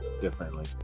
differently